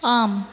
ஆம்